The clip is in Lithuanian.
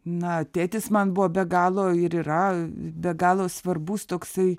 na tėtis man buvo be galo ir yra be galo svarbus toksai